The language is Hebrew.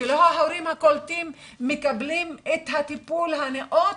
ולא ההורים הקולטים מקבלים את הטיפול הנאות,